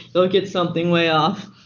they'll get something way off.